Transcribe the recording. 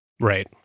Right